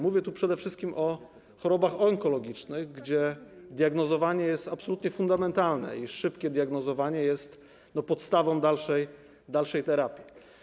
Mówię przede wszystkim o chorobach onkologicznych, gdzie diagnozowanie jest absolutnie fundamentalne i szybkie diagnozowanie jest podstawą dalszej terapii.